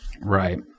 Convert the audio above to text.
Right